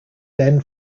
then